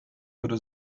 würde